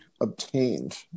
obtained